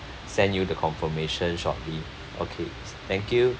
send you the confirmation shortly okay thank you